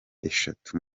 eshatu